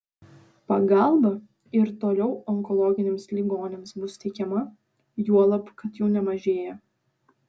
pagalba ir toliau onkologiniams ligoniams bus teikiama juolab kad jų nemažėja